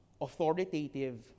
authoritative